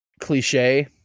Cliche